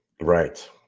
Right